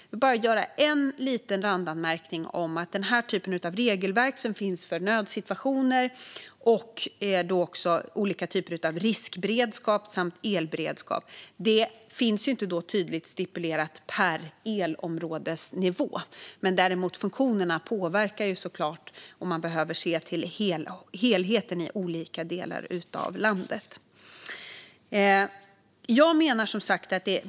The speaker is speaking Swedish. Jag vill göra en liten randanmärkning om att den här typen av regelverk som finns för nödsituationer och olika typer av riskberedskap samt elberedskap inte finns tydligt stipulerade per elområdesnivå. Men funktionerna påverkar såklart om man behöver se till helheten i olika delar av landet.